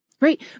right